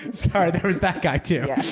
sorry. there was that guy too.